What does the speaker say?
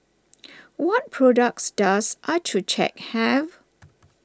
what products does Accucheck have